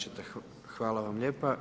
Nećete, hvala vam lijepa.